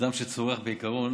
אדם שצורח, בעיקרון